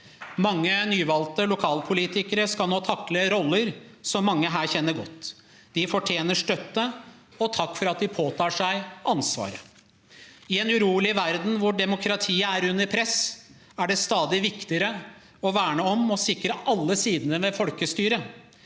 Mange nyvalgte lokalpolitikere skal nå takle roller som mange her kjenner godt. De fortjener støtte og takk for at de påtar seg ansvar. I en urolig verden hvor demokratiet er under press, er det stadig viktigere å verne om og sikre alle sidene ved folkestyret.